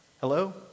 Hello